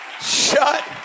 Shut